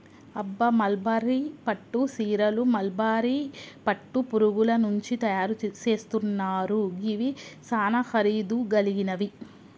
అబ్బ మల్బరీ పట్టు సీరలు మల్బరీ పట్టు పురుగుల నుంచి తయరు సేస్తున్నారు గివి సానా ఖరీదు గలిగినవి